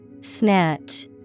Snatch